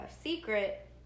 secret